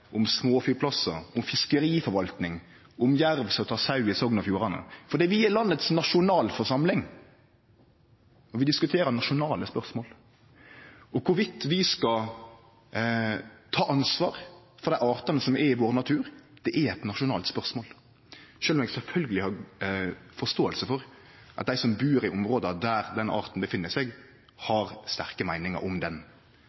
om småflyplassar, om fiskeriforvaltning, og om jerv som tek sau i Sogn og Fjordane, for vi er nasjonalforsamlinga i landet, og vi diskuterer nasjonale spørsmål. Og om vi skal ta ansvar for artane som er i naturen vår eller ikkje, det er eit nasjonalt spørsmål, sjølv om eg sjølvsagt har forståing for at dei som bur i områda der denne arten